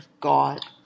God